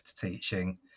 teaching